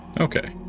Okay